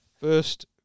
First